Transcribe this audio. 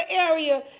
area